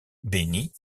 benny